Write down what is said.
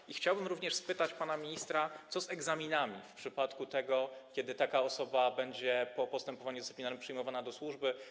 I chciałbym również spytać pana ministra, co z egzaminami, w przypadku kiedy taka osoba będzie po postępowaniu dyscyplinarnym przyjmowana do służby.